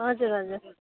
हजुर हजुर